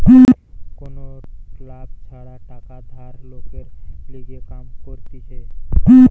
কোনো লাভ ছাড়া টাকা ধার লোকের লিগে কাম করতিছে